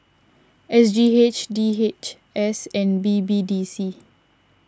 S G H D H S and B B D C